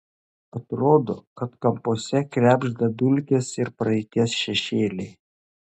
atrodo kad kampuose krebžda dulkės ir praeities šešėliai